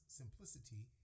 simplicity